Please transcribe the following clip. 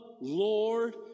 Lord